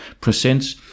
presents